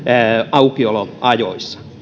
aukioloajoissa